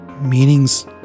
meanings